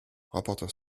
rapporteur